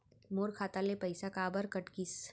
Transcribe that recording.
मोर खाता ले पइसा काबर कट गिस?